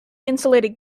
insulated